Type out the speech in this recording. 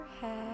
head